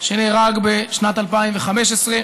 שנהרג בשנת 2015,